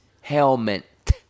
helmet